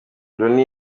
loni